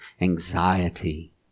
anxiety